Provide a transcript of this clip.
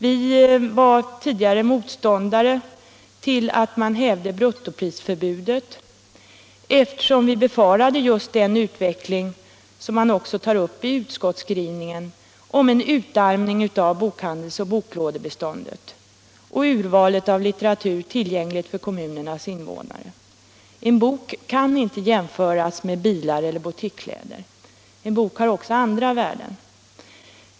Vi var på sin tid motståndare till att man upphävde bruttoprisförbudet, eftersom vi befarade just den utveckling som nu tas upp i utskottets skrivning med en utarmning av bokhandelsoch boklådebeståndet och av urvalet av litteratur tillgänglig för kommunens invånare. En bok kan inte jämföras med bilar och boutiquekläder. En bok har också andra värden.